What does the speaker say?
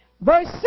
Verse